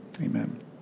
Amen